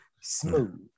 Smooth